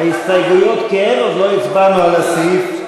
ההסתייגויות כן, עוד לא הצבענו על הסעיף.